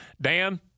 Dan